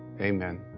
amen